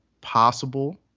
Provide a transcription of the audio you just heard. possible